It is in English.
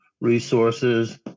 resources